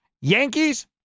Yankees